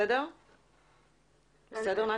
בסדר, נתי?